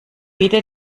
bitte